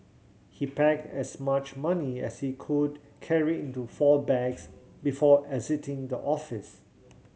he packed as much money as he could carry into four bags before exiting the office